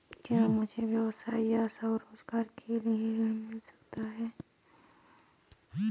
क्या मुझे व्यवसाय या स्वरोज़गार के लिए ऋण मिल सकता है?